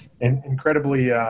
incredibly